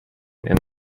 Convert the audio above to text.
and